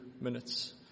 minutes